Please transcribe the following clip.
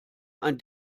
ein